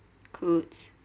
clothes